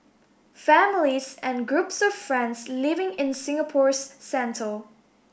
families and groups of friends living in Singapore's centre